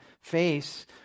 face